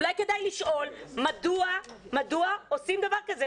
אולי כדאי לשאול מדוע עושים דבר כזה.